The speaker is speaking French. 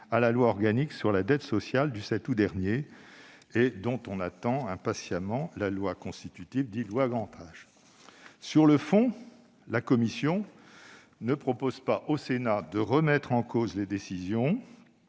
à la loi organique sur la dette sociale du 7 août dernier et dont on attend impatiemment la loi constitutive dite « loi Autonomie et grand âge ». Sur le fond, la commission ne propose pas au Sénat de remettre en cause ces décisions